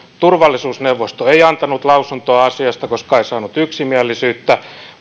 turvallisuusneuvosto ei antanut lausuntoa asiasta koska ei saanut yksimielisyyttä